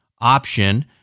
option